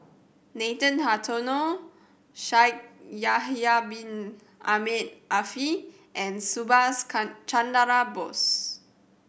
Nathan Hartono Shaikh Yahya Bin Ahmed Afifi and Subhas Chandra Bose